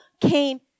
came